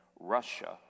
Russia